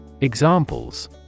Examples